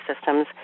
systems